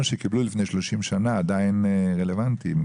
שקיבלו לפני 30 שנים עדיין רלוונטי.